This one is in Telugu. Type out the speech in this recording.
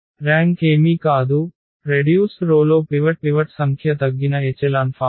ర్యాంక్ ఏమీ కాదు రెడ్యూస్డ్ రో లో పివట్ సంఖ్య తగ్గిన ఎచెలాన్ ఫామ్